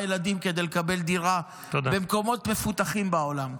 ילדים כדי לקבל דירה במקומות מפותחים בעולם.